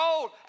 old